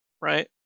right